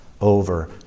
over